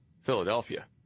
Philadelphia